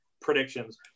predictions